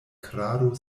krado